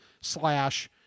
slash